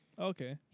Okay